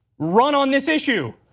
run on this issue.